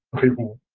people